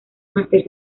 máster